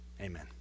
Amen